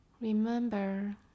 Remember